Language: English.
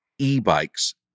EBikes